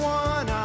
one